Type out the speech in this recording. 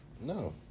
No